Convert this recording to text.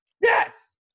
yes